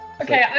Okay